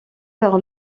par